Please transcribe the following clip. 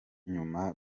nyuma